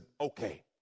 Okay